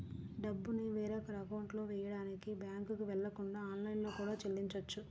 డబ్బుని వేరొకరి అకౌంట్లో వెయ్యడానికి బ్యేంకుకి వెళ్ళకుండా ఆన్లైన్లో కూడా చెల్లించొచ్చు